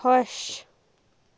خۄش